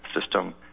system